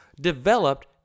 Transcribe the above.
developed